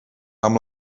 amb